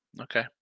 Okay